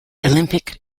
olympic